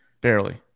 Barely